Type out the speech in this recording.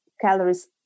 calories